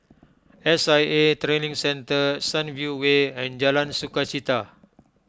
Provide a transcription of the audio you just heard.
S I A Training Centre Sunview Way and Jalan Sukachita